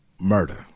murder